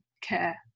care